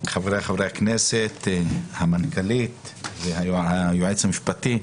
חבריי חברי הכנסת, המנכ"לית והיועץ המשפטי.